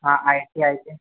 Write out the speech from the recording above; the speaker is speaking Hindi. हाँ आई टी आई के